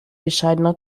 bescheidener